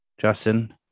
Justin